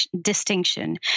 distinction